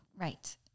Right